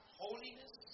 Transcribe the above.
holiness